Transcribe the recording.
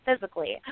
physically